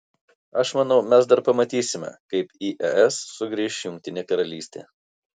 aš manau mes dar pamatysime kaip į es sugrįš jungtinė karalystė